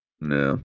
No